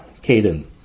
Caden